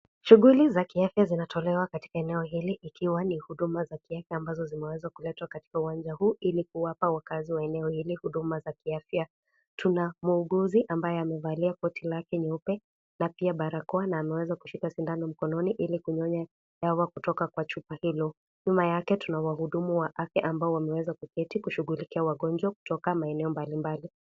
Shughuli za kiafya zinatolewa katika eneo hili ikiwa ni huduma za kiafya ambazo zimeweza kuletwa katika uwanja huu ili kuwapa wakazi wa eneo hili huduma za kiafya. Tuna muuguzi ambaye amevalia koti lake nyeupe na pia barakoa na ameweza kushika sindano mkononi ili kunyonya dawa kutoka kwa chupa hilo. Nyuma yake tuna wahudumu wa afya ambao wameweza kuketi kushughulikia wagonjwa kutoka maeneo mbalimbali.